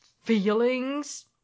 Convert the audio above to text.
feelings